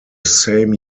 same